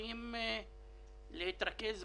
הטענה שלהם,